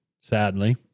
Sadly